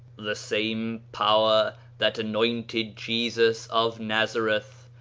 the same power that anointed jesus of nazareth,